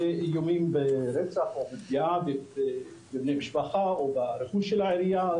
איומים ברצח או פגיעה בבני משפחה או ברכוש של העירייה,